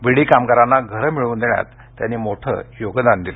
विडी कामगारांना घरं मिळवून देण्यात त्यांनी मोठं योगदान दिल